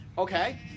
Okay